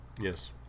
Yes